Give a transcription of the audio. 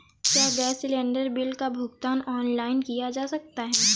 क्या gas cylinder bill का भुगतान ऑनलाइन किया जा सकता है?